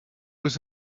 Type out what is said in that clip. was